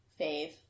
fave